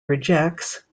rejects